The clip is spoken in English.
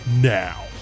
now